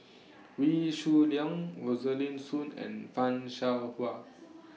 Wee Shoo Leong Rosaline Soon and fan Shao Hua